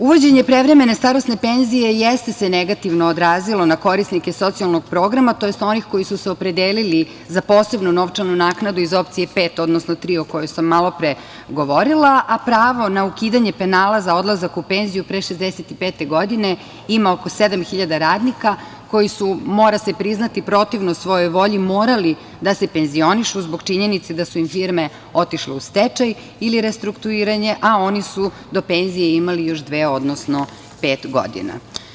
Uvođenje prevremene starosne penzije jeste se negativno odrazilo na korisnike socijalnog programa, tj. onih koji su se opredelili za posebnu novčanu naknadu iz opcije 5, odnosno 3, o kojoj sam malopre govorila, a pravo na ukidanje penala za odlazak u penziju pre 65 godine ima oko sedam hiljada radnika koji su, mora se priznati, protivno svojoj volji morali da se penzionišu zbog činjenice da su im firme otišle u stečaj ili restrukturiranje, a oni su do penzije imali još dve, odnosno pet godina.